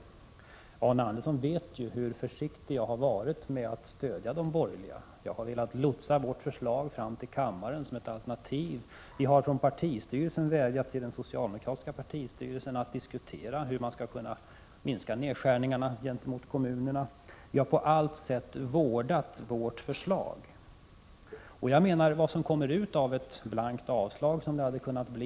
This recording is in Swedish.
Arne Andersson i Gamleby vet hur försiktig jag har varit med att stödja de borgerliga. Jag har velat lotsa vårt förslag fram till kammaren som ett alternativ. Vi har från vår partistyrelses sida vädjat till den socialdemokratiska partistyrelsen att diskutera hur man skulle kunna minska nedskärningarna gentemot kommunerna. Vi har på allt sätt vårdat oss om vårt förslag. Vad som kommer ut av ett blankt avslag, som det kunde ha blivit, vet vi.